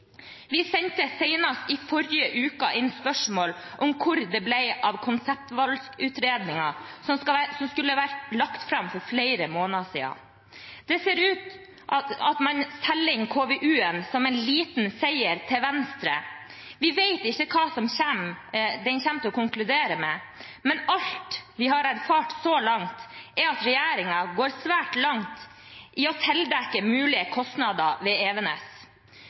Vi sendte senest i forrige uke inn spørsmål om hvor det blir av konseptvalgutredningen, som skulle vært lagt fram for flere måneder siden. Det ser ut til at man selger inn KVU-en som en liten seier til Venstre. Vi vet ikke hva den kommer til å konkludere med, men alt vi har erfart så langt, er at regjeringen går svært langt i å tildekke mulige kostnader ved Evenes.